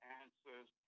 answers